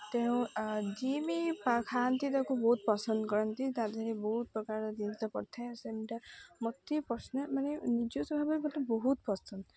ତେଣୁ ଯିଏ ବି ଖାଆନ୍ତି ତାକୁ ବହୁତ ପସନ୍ଦ କରନ୍ତି ତା'ଦେହରେ ବହୁତ ପ୍ରକାରର ଜିନିଷ ପଡ଼ିଥାଏ